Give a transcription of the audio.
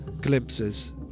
Glimpses